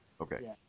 okay